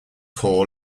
paul